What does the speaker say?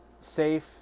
safe